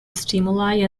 stimuli